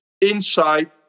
inside